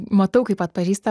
matau kaip atpažįsta